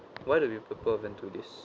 why do we have to perv into this